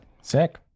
Sick